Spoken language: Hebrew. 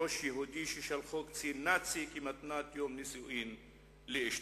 ראש יהודי ששלח קצין נאצי כמתנת יום נישואין לאשתו.